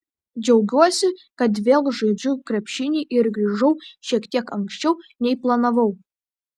džiaugiuosi kad vėl žaidžiu krepšinį ir grįžau šiek tiek anksčiau nei planavau